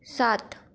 सात